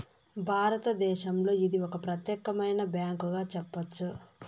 భారతదేశంలో ఇది ఒక ప్రత్యేకమైన బ్యాంకుగా చెప్పొచ్చు